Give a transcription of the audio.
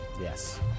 Yes